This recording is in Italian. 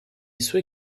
suoi